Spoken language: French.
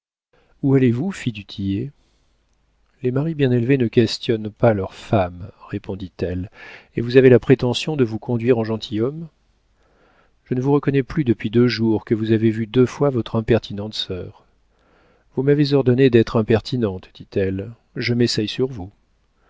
où allez-vous fit du tillet les maris bien élevés ne questionnent pas leurs femmes répondit-elle et vous avez la prétention de vous conduire en gentilhomme je ne vous reconnais plus depuis deux jours que vous avez vu deux fois votre impertinente sœur vous m'avez ordonné d'être impertinente dit-elle je m'essaie sur vous